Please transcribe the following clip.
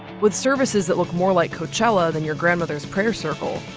with services that look more like coachella than your grandmother's prayer circle,